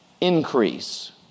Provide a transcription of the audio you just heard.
Increase